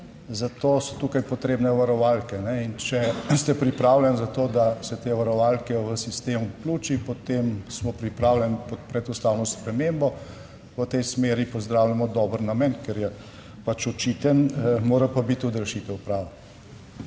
zato so tukaj potrebne varovalke, in če ste pripravljeni za to, da se te varovalke v sistem vključi, potem smo pripravljeni podpreti ustavno spremembo, v tej smeri pozdravljamo dober namen, ker je pač očiten, mora pa biti tudi rešitev prava.